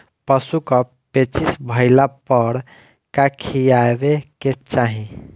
पशु क पेचिश भईला पर का खियावे के चाहीं?